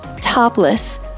topless